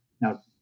Now